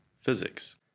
physics